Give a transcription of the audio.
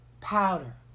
powder